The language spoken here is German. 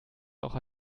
auch